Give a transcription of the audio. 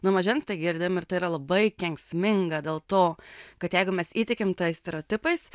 nuo mažens tai girdim ir tai yra labai kenksminga dėl to kad jeigu mes įtikim tais stereotipais